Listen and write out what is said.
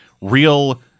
real